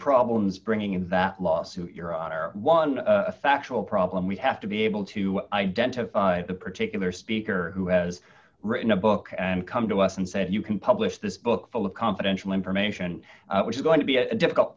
problems bringing that lawsuit your honor one factual problem we have to be able to identify the particular speaker who has written a book and come to us and said you can publish this book full of confidential information which is going to be a difficult